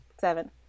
Seven